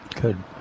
Good